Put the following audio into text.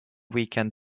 weekend